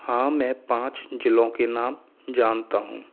हाँ मैं पाँच जिलों के नाम जनता हूँ